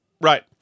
Right